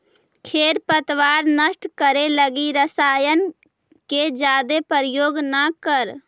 खेर पतवार नष्ट करे लगी रसायन के जादे प्रयोग न करऽ